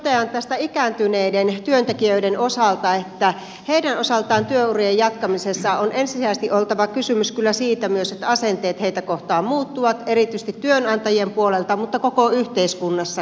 ensinnäkin totean ikääntyneiden työntekijöiden osalta että heidän osaltaan työurien jatkamisessa on ensisijaisesti oltava kysymys kyllä myös siitä että asenteet heitä kohtaan muuttuvat erityisesti työnantajien puolelta mutta koko yhteiskunnassakin